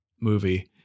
movie